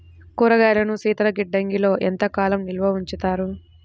కూరగాయలను శీతలగిడ్డంగిలో ఎంత కాలం నిల్వ ఉంచుతారు?